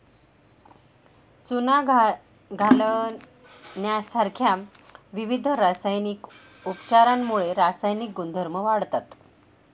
चुना घालण्यासारख्या विविध रासायनिक उपचारांमुळे रासायनिक गुणधर्म वाढतात